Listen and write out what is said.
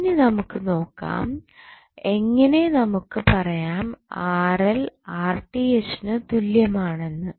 ഇനി നമുക് നോക്കാം എങ്ങനെ നമുക്ക് പറയാം നു തുല്യമാണെന്ന്